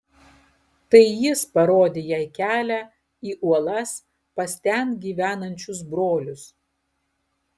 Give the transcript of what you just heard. tai jis parodė jai kelią į uolas pas ten gyvenančius brolius